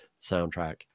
soundtrack